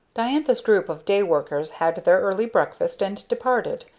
diantha's group of day workers had their early breakfast and departed,